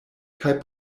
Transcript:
kaj